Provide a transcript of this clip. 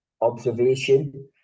observation